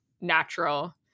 natural